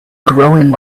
growing